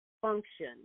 function